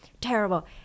terrible